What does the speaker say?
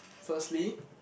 firstly